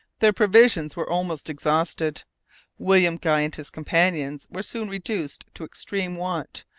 their provisions were almost exhausted william guy and his companions were soon reduced to extreme want,